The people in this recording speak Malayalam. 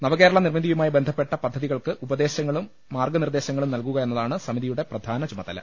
നവകേരള നിർമ്മിതിയുമായി ബന്ധപ്പെട്ട പദ്ധതികൾക്ക് ഉപദേശവും മാർഗ്ഗനിർദ്ദേശ ങ്ങളും നൽകുക എന്നതാണ് സമിതിയുടെ പ്രധാന ചു മതല